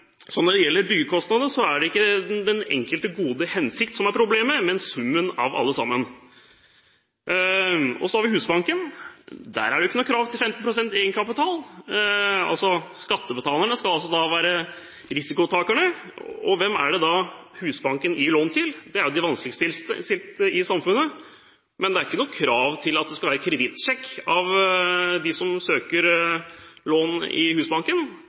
Når det gjelder byggekostnadene er det ikke den enkelte gode hensikt som er problemet, men summen av alt sammen. Så har vi Husbanken. Der er det jo ikke noe krav til 15 pst. egenkapital. Skattebetalerne skal altså være risikotakerne. Hvem er det Husbanken gir lån til? Det er de vanskeligstilte i samfunnet. Men det er ikke noe krav til at det skal være kredittsjekk av dem som søker om lån i Husbanken.